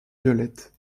violette